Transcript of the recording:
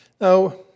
Now